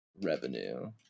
revenue